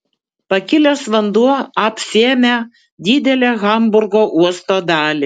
pakilęs vanduo apsėmė didelę hamburgo uosto dalį